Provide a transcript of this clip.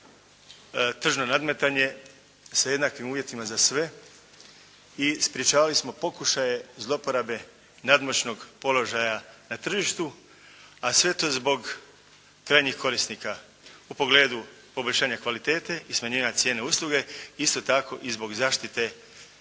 tržno nadmetanje sa jednakim uvjetima za sve i sprječavali smo pokušaje zlouporabe nadmoćnog položaja na tržištu a sve to zbog krajnjih korisnika u pogledu poboljšanja kvalitete i smanjivanja cijene usluge, isto tako i zbog zaštite korisnika